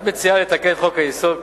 את מציעה לתקן את חוק-יסוד: